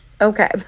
Okay